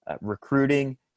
recruiting